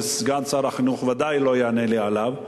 שסגן שר החינוך בוודאי לא יענה לי עליו?